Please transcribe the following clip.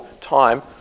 time